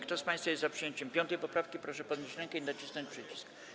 Kto z państwa jest za przyjęciem 5. poprawki, proszę podnieść rękę i nacisnąć przycisk.